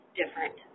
different